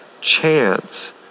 chance